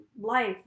life